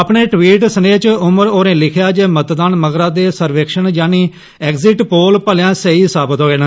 अपने ट्वीट सनेए च उमर होरें लिखेआ ऐ जे मतदान मगरा दे सर्वेक्षण यानि एग्जिट पोल भलेया सेही सात होए न